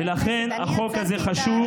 ולכן החוק הזה חשוב,